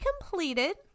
completed